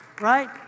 Right